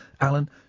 Alan